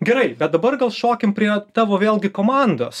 gerai bet dabar gal šokim prie tavo vėlgi komandos